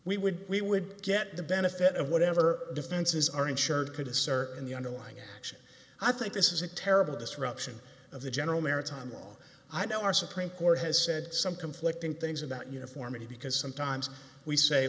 we would we would get the benefit of whatever defenses are insured could assert in the underlying action i think this is a terrible disruption of the general maritime law i don't our supreme court has said some conflicting things about uniformity because sometimes we say